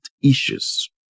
issues